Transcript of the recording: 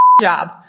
Job